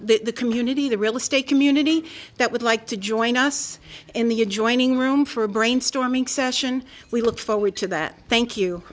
the community the real estate community that would like to join us in the adjoining room for a brainstorming session we look forward to that thank you